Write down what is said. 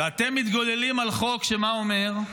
ואתם מתגוללים על חוק, שמה אומר?